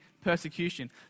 persecution